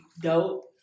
dope